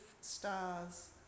stars